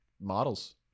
models